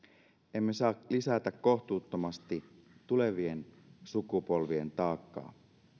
emme saa lisätä kohtuuttomasti tulevien sukupolvien taakkaa